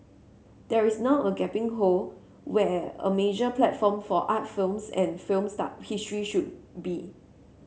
there is now a gaping hole where a major platform for art films and film start history should be